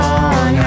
on